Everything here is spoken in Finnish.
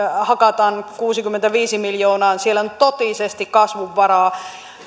hakataan kuusikymmentäviisi miljoonaa siellä on totisesti kasvunvaraa